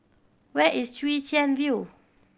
where is Chwee Chian View